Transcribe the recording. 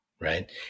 right